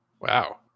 Wow